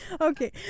Okay